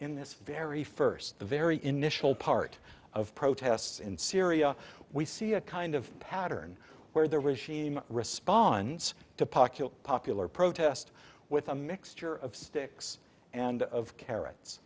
in this very first the very initial part of protests in syria we see a kind of pattern where the regime response to popular protest with a mixture of sticks and of carrots